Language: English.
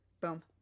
Boom